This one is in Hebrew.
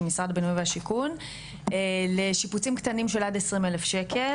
משרד הבינוי והשיכון לשיפוצים קטנים של עד 20,000 שקלים